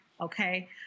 okay